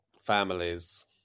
families